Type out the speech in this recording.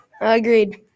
Agreed